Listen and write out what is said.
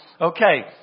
Okay